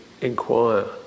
inquire